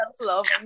love